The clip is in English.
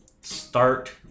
start